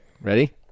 ready